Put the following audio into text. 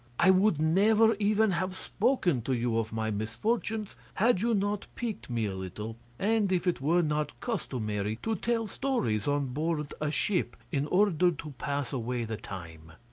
i would never even have spoken to you of my misfortunes, had you not piqued me a little, and if it were not customary to tell stories on board a ship in order to pass away the time.